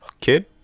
kid